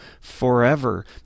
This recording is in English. forever